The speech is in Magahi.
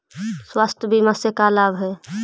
स्वास्थ्य बीमा से का लाभ है?